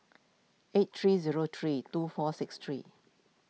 eight three zero three two four six three